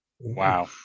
Wow